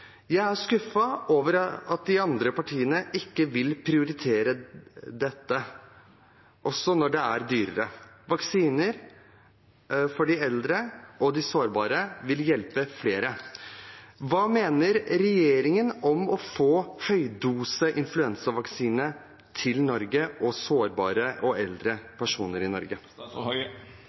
Jeg er skuffet over at de andre partiene ikke vil prioritere dette, selv om det er dyrere. Vaksiner for de eldre og sårbare vil hjelpe flere. Hva mener regjeringen om å få høydoseinfluensavaksine til Norge og sårbare og eldre personer i Norge?